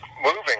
moving